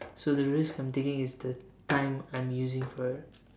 so the risk I'm taking is the time I'm using for it